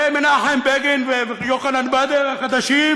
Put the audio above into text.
זה מנחם בגין ויוחנן בדר החדשים?